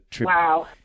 Wow